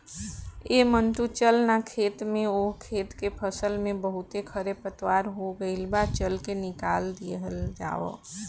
ऐ मंटू चल ना खेत में ओह खेत के फसल में बहुते खरपतवार हो गइल बा, चल के निकल दिहल जाव